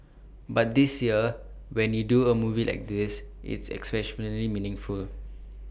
but this year when you do A movie like this it's exceptionally meaningful